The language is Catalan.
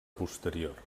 posterior